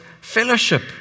fellowship